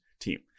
team